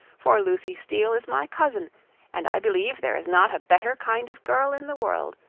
for lucy steele is my cousin, and i believe there is not a better kind of girl in the world,